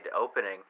opening